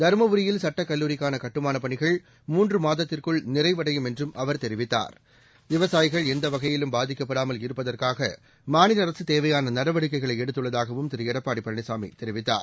தருமபுரியில் சட்டக்கல்லூரிக்கானகட்டுமானப் பணிகள் மூன்றுமாதத்திற்குள் நிறைவடையும் என்றும் அவர் தெரிவித்தார் விவசாயிகள் பாதிக்கப்படாமல் எந்தவகையிலும் இருப்பதற்காகமாநிலஅரசுதேவையானநடவடிக்கைகளைஎடுத்துள்ளதாகவும் திருஎடப்பாடிபழனிசாமிதெரிவித்தார்